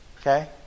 Okay